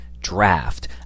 draft